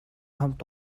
хамт